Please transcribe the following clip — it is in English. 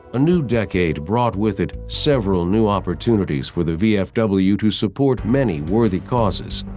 a new decade brought with it several new opportunities for the vfw to support many worthy causes.